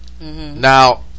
Now